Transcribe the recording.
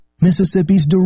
Mississippi's